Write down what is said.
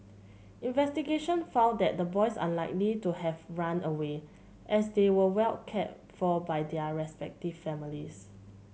investigation found that the boys unlikely to have run away as they were well cared for by their respective families